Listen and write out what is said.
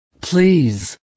please